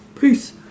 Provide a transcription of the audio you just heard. Peace